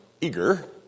eager